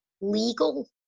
legal